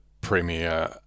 Premier